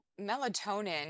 melatonin